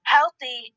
Healthy